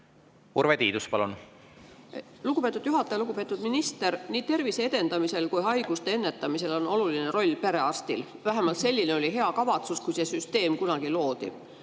Urve Tiidus, palun! Lugupeetud juhataja! Lugupeetud minister! Nii tervise edendamisel kui ka haiguste ennetamisel on oluline roll perearstil. Vähemalt selline oli hea kavatsus, kui see süsteem kunagi loodi.